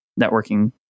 networking